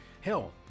hell